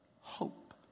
hope